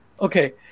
Okay